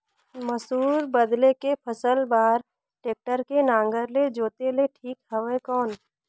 मसूर बदले के फसल बार टेक्टर के नागर ले जोते ले ठीक हवय कौन?